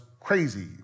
crazy